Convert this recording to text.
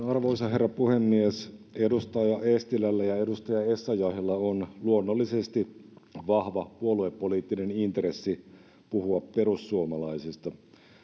arvoisa herra puhemies edustaja eestilällä ja edustaja essayahilla on luonnollisesti vahva puoluepoliittinen intressi puhua perussuomalaisista